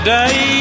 day